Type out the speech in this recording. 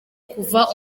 kuva